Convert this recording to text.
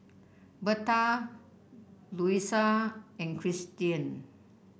Berta Luisa and Kristian